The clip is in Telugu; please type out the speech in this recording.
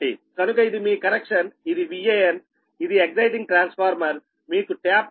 కనుక ఇది మీ కనెక్షన్ఇది Vanఇది ఎక్సయిటింగ్ ట్రాన్స్ఫార్మర్ మీకు ట్యాప్ ఉంది